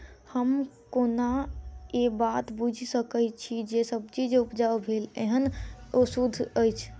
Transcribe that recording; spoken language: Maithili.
हम केना ए बात बुझी सकैत छी जे सब्जी जे उपजाउ भेल एहन ओ सुद्ध अछि?